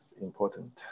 important